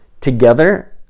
together